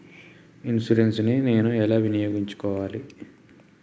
Insurance ని నేను ఎలా వినియోగించుకోవాలి?